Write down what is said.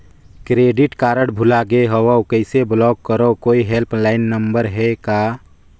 Credit card भुला गे हववं कइसे ब्लाक करव? कोई हेल्पलाइन नंबर हे का?